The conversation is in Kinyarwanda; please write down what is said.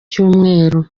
cyumweru